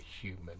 human